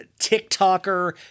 TikToker